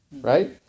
right